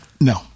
No